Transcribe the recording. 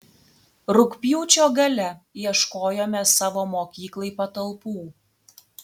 rugpjūčio gale ieškojome savo mokyklai patalpų